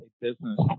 business